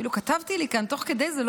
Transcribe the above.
אפילו כתבתי לי כאן תוך כדי זה,